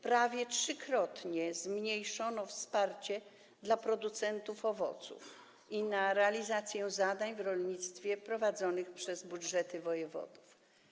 Prawie trzykrotnie zmniejszono wsparcie dla producentów owoców i na realizację zadań w rolnictwie prowadzonych przez budżety wojewodów.